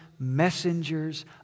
messengers